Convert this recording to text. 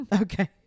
okay